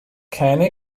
keine